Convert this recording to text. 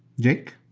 jake?